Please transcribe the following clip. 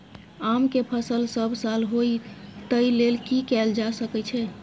आम के फसल सब साल होय तै लेल की कैल जा सकै छै?